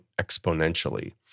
exponentially